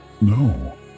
No